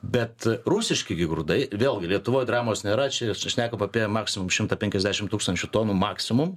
bet rusiški gi grūdai vėlgi lietuvoj dramos nėra čia su šnekam apie maksimum šimtą penkiasdešimt tūkstančių tonų maksimum